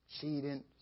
Cheating